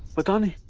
kulkarni